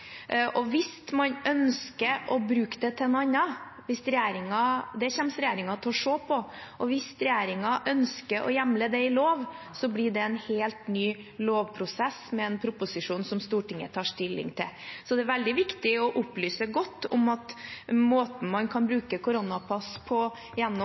Hvis man ønsker å bruke det til noe annet – det kommer regjeringen til å se på – og hvis regjeringen ønsker å hjemle det i lov, blir det en helt ny lovprosess, med en proposisjon som Stortinget tar stilling til. Det er veldig viktig å opplyse godt om at måten man kan bruke koronapass på gjennom